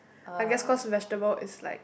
I guess cause vegetable is like